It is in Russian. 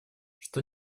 что